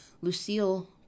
Lucille